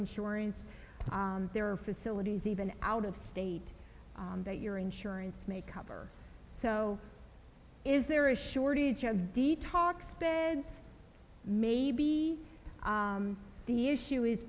insurance there are facilities even out of state that your insurance makeup or so is there a shortage of detox beds may be the issue is